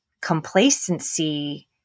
complacency